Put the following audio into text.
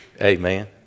Amen